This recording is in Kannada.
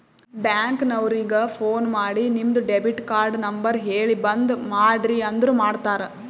ಬ್ಯಾಂಕ್ ನವರಿಗ ಫೋನ್ ಮಾಡಿ ನಿಮ್ದು ಡೆಬಿಟ್ ಕಾರ್ಡ್ ನಂಬರ್ ಹೇಳಿ ಬಂದ್ ಮಾಡ್ರಿ ಅಂದುರ್ ಮಾಡ್ತಾರ